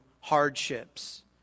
hardships